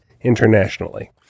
internationally